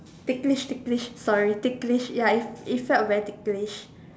ticklish ticklish sorry ticklish ya it f~ it felt very ticklish